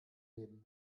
nehmen